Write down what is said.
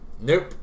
nope